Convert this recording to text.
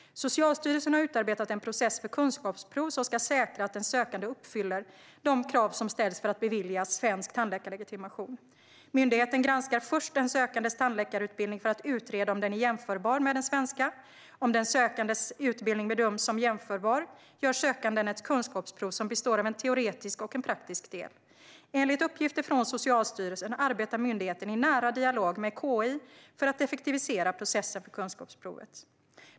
Socialstyrelsen har utarbetat en process för kunskapsprov som ska säkra att den sökande uppfyller de krav som ställs för att beviljas svensk tandläkarlegitimation. Myndigheten granskar först den sökandes tandläkarutbildning för att utreda om den är jämförbar med den svenska. Om den sökandes tandläkarutbildning bedöms som jämförbar gör sökanden ett kunskapsprov som består av en teoretisk och en praktisk del. Enligt uppgifter från Socialstyrelsen arbetar myndigheten i nära dialog med KI för att effektivisera processen för kunskapsprovet.